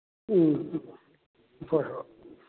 ꯎꯝ ꯍꯣꯏ ꯍꯣꯏ